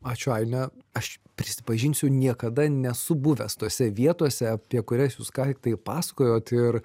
ačiū aina aš prisipažinsiu niekada nesu buvęs tose vietose apie kurias jūs ką tiktai pasakojot ir